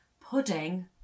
Pudding